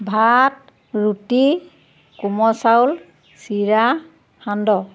ভাত ৰুটি কোমল চাউল চিৰা সান্দহ